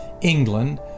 England